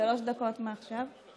שלוש דקות מעכשיו?